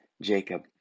Jacob